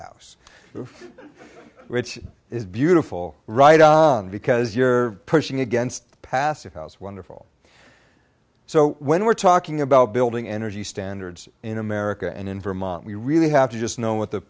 house rich is beautiful right because you're pushing against the passive house wonderful so when we're talking about building energy standards in america and in vermont we really have to just know what the